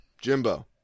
Jimbo